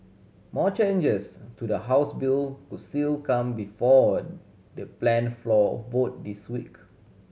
more changes to the House bill could still come before the planned floor vote this week